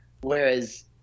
Whereas